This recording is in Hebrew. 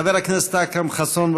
חבר הכנסת אכרם חסון,